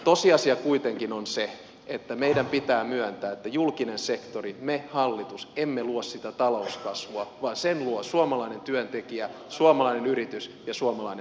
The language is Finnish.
tosiasia kuitenkin on se että meidän pitää myöntää että julkinen sektori me hallitus emme luo sitä talouskasvua vaan sen luo suomalainen työntekijä suomalainen yritys ja suomalainen yrittäjä